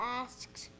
asks